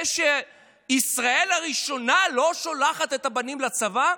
שישראל הראשונה לא שולחת את הבנים לצבא,